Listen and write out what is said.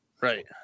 Right